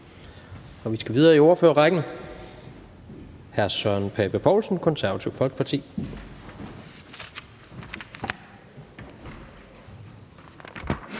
Vi skal videre i ordførerrækken, og så er det hr. Søren Pape Poulsen, Det Konservative Folkeparti.